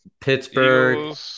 Pittsburgh